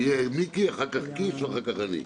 שיהיה מיקי, אחר כך קיש, ואחר כך אני.